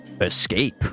escape